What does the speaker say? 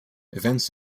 events